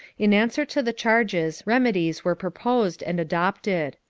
in answer to the charges, remedies were proposed and adopted.